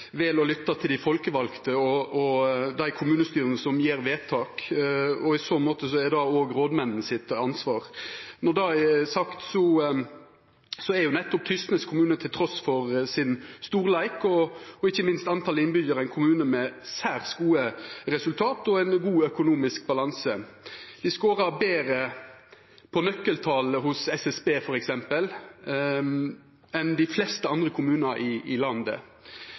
vel å lytta til dei folkevalde og dei kommunestyra som gjer vedtak. I så måte er det òg rådmennene sitt ansvar. Når det er sagt, er nettopp Tysnes kommune, trass i storleiken og ikkje minst talet på innbyggjarar, ein kommune med særs gode resultat og ein god økonomisk balanse. For eksempel skårar dei betre på nøkkeltal hos SSB enn dei fleste andre kommunar i landet.